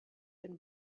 been